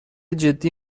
جدی